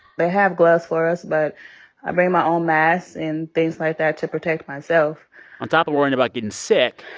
they have gloves for us, but i bring my own masks and things like that to protect myself on top of worrying about getting sick,